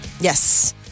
Yes